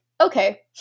okay